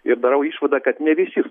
ir darau išvadą kad ne visi